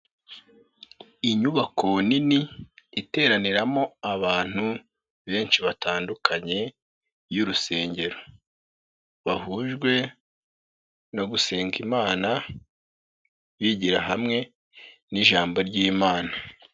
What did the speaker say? Inyubako nini, iteraniramo abantu benshi batandukanye, y'urusengero. Bahujwe no gusenga imana bigira hamwe n'ijambo ry'imana.